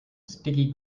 sticky